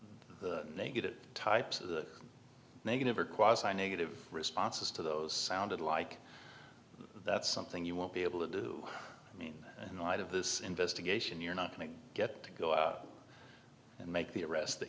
and negative types of the negative or quasi negative responses to those sounded like that's something you won't be able to do in light of this investigation you're not going get to go out and make the arrest that